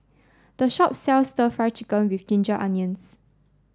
the shop sells Stir Fry Chicken with Ginger Onions